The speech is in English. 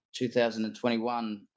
2021